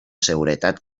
seguretat